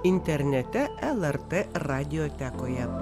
internete lrt radiotekoje